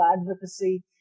advocacy